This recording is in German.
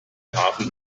tafel